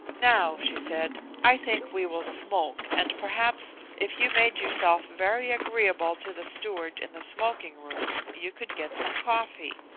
now, she said, i think we will smoke, and perhaps, if you made yourself very agreeable to the steward in the smoking room, you could get some coffee.